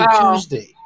Tuesday